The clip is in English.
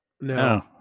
No